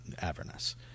Avernus